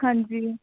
ਹਾਂਜੀ